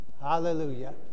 Hallelujah